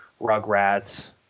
Rugrats